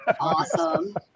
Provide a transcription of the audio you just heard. Awesome